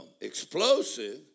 explosive